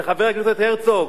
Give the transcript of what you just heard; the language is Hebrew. וחבר הכנסת הרצוג,